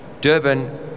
Durban